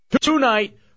tonight